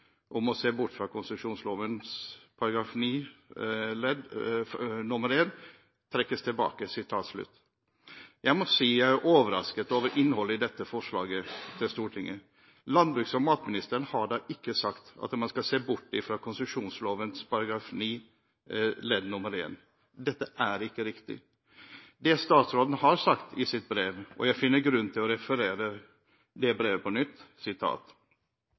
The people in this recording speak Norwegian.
om å se bort fra konsesjonsloven § 9 første ledd nr. 1 umiddelbart trekkes tilbake.» Jeg må si jeg er overrasket over innholdet i dette forslaget til Stortinget. Landbruks- og matministeren har da ikke sagt at man skal se bort fra konsesjonsloven § 9 første ledd nr. 1. Dette er ikke riktig. Det statsråden har sagt i sitt brev – og jeg finner grunn til å referere det på nytt